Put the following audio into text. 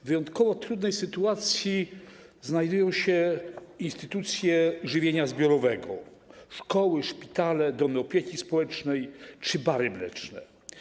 W wyjątkowo w trudnej sytuacji znajdują się instytucje żywienia zbiorowego: szkoły, szpitale, domy opieki społecznej czy bary mleczne.